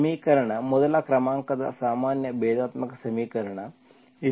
ಸಮೀಕರಣ ಮೊದಲ ಕ್ರಮಾಂಕದ ಸಾಮಾನ್ಯ ಭೇದಾತ್ಮಕ ಸಮೀಕರಣ